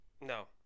No